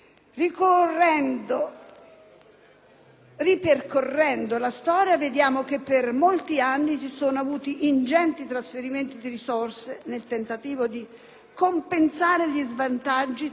Ripercorrendo la storia, osserviamo che per molti anni si sono avuti ingenti trasferimenti di risorse nel tentativo di compensare gli svantaggi tra le varie realtà territoriali.